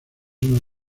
una